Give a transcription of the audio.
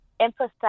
emphasize